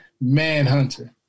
Manhunter